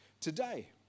today